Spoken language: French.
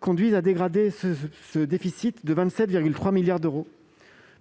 conduisent à dégrader ce déficit de 27,3 milliards d'euros,